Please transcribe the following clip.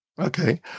Okay